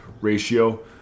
ratio